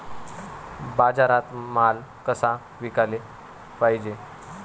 बाजारात माल कसा विकाले पायजे?